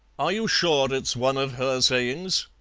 are you sure it's one of her sayings?